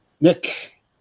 Nick